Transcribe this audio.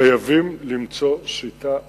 חייבים למצוא שיטה אחרת.